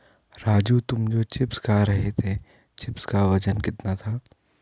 राजू तुम जो चिप्स खा रहे थे चिप्स का वजन कितना था?